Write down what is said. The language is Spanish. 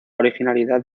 originalidad